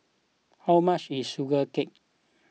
how much is Sugee Cake